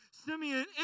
Simeon